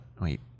wait